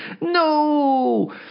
no